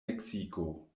meksiko